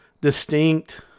distinct